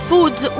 Foods